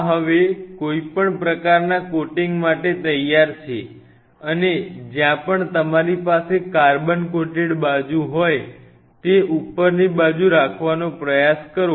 આ હવે કોઈપણ પ્રકારના કોટિંગ માટે તૈયાર છે અને જ્યાં પણ તમારી પાસે કાર્બન કોટેડ બાજુ હોય તે ઉપરની બાજુએ રાખવાનો પ્રયાસ કરો